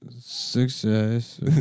Success